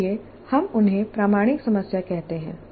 इसलिए हम उन्हें प्रामाणिक समस्या कहते हैं